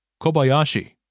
Kobayashi